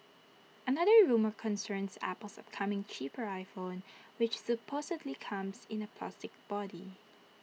another rumour concerns Apple's upcoming cheaper iPhone which supposedly comes in A plastic body